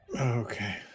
Okay